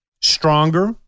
stronger